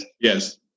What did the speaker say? Yes